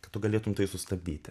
kad tu galėtum tai sustabdyti